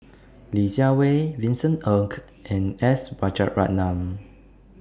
Li Jiawei Vincent Ng and S Rajaratnam